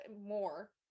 more